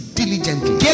diligently